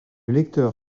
lecteur